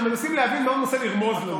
אנחנו מנסים להבין מה הוא מנסה לרמוז לנו.